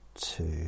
two